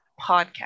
podcast